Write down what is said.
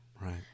Right